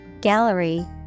gallery